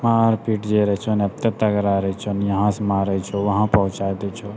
मारिपीट जे रहै छौ ने एते तगड़ा रहै छौ यहाँसँ मारै छौ वहाँ पहुँचा दै छौ